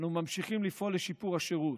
ואנו ממשיכים לפעול לשיפור השירות.